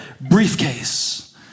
briefcase